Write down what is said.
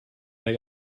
they